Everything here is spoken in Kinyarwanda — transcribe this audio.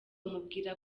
amubwira